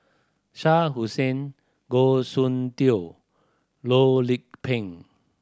Shah Hussain Goh Soon Tioe Loh Lik Peng